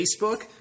Facebook